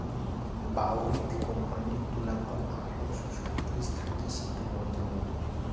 বাউরিথ কোম্পানির তুলাকল আঠারশো সাঁইত্রিশ থাকি সেটো বন্ধ হই